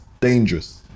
dangerous